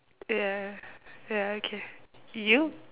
ya ya okay you